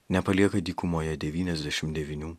nepalieka dykumoje devyniasdešim devynių